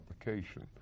application